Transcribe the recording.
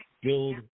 build